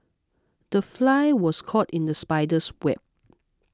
the fly was caught in the spider's web